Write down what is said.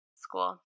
school